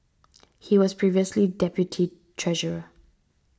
he was previously deputy treasure